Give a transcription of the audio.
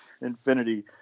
infinity